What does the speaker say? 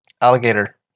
alligator